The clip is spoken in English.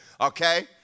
Okay